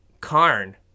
karn